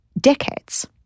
decades